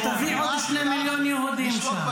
ותביא עוד שני מיליון יהודים לשם.